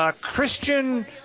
Christian